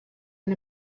and